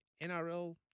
NRL